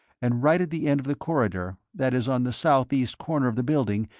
and right at the end of the corridor, that is on the southeast corner of the building,